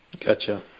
Gotcha